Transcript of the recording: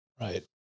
Right